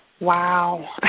Wow